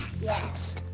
Yes